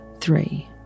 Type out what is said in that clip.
three